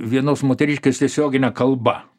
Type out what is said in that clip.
vienos moteriškės tiesiogine kalba